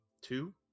two